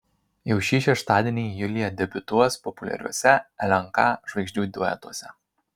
jau šį šeštadienį julija debiutuos populiariuose lnk žvaigždžių duetuose